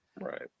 right